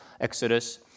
Exodus